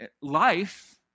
life